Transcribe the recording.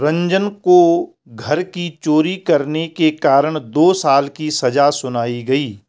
रंजन को कर की चोरी करने के कारण दो साल की सजा सुनाई गई